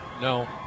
No